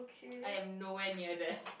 I am nowhere near there